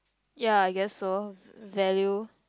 ya I guess so value